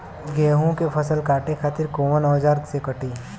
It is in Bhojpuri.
गेहूं के फसल काटे खातिर कोवन औजार से कटी?